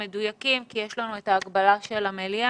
מדויקים כי יש לנו את ההגבלה של המליאה,